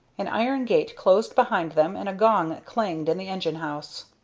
an iron gate closed behind them and a gong clanged in the engine-house.